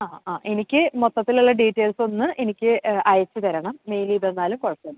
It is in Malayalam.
ആ ആ എനിക്ക് മൊത്തത്തിലുള്ള ഡീറ്റെയിൽസൊന്ന് എനിക്ക് അയച്ച് തരണം മെയിൽ ചെയ്തന്നാലും കുഴപ്പമില്ല